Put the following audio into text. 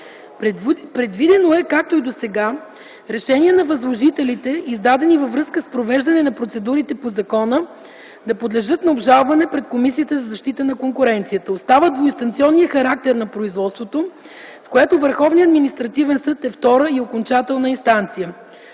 Предвидено е, както и досега, решения на възложителите, издадени във връзка с провеждане на процедурите по закона, да подлежат на обжалване пред Комисията за защита на конкуренцията. Остава двуинстанционният характер на производството, в което Върховния административен съд е втора и окончателна инстанция.